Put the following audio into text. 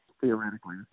Theoretically